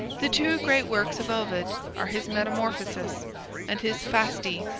the two great works of ovid are his metamorphoses and his fasti.